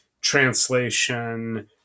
translation